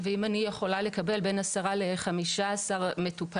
ואם אני יכולה לקבל בין 10-15 מטופלים,